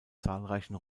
zahlreichen